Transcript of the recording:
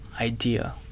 idea